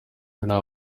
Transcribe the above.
nta